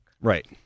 Right